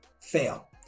fail